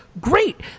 Great